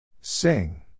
Sing